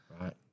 Right